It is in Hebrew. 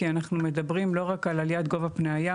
כי אנחנו מדברים לא רק על עליית גובה פני הים,